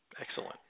Excellent